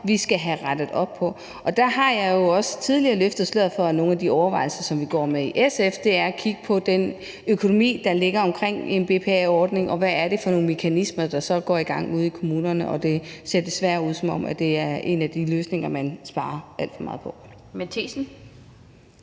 vi skal have rettet op på. Der har jeg jo også tidligere løftet sløret for nogle af de overvejelser, som vi går med i SF, og det er at kigge på den økonomi, der ligger i BPA-ordningen, og hvad det er for nogle mekanismer, der så går i gang ude i kommunerne. Og det ser desværre ud, som om det er en af de løsninger, man sparer alt for meget på. Kl.